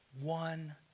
one